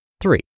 Three